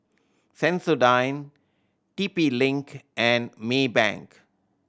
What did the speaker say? Sensodyne T P Link and Maybank